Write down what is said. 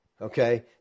Okay